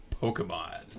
Pokemon